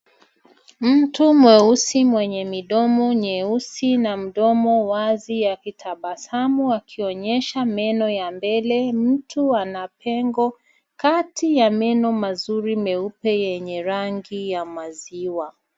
Mtu mweusi mwenye midomo nyeusi na mdomo wazi akitabasamu akionyesha meno ya mbele. Mtu ana pengo kati ya meno mazuri meupe yenye rangi ya maziwa.